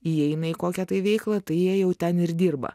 įeina į kokią tai veiklą tai jie jau ten ir dirba